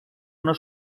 una